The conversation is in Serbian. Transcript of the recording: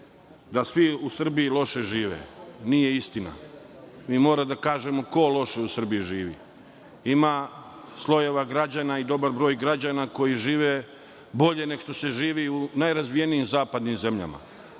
da svi u Srbiji loše žive, nije istina. Moramo da kažemo ko u Srbiji loše živi. Ima slojeva građana i dobar broj građana koji žive bolje nego što se živi u najrazvijenijim zapadnim zemljama,